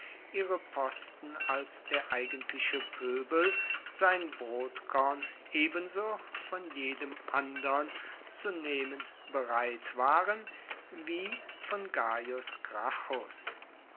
ihre posten als der eigentliche pöbel sein brotkorn ebenso von jedem andern zu nehmen bereit waren wie von gaius